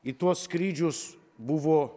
į tuos skrydžius buvo